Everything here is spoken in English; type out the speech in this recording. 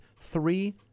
three